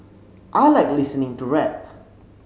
I like listening to rap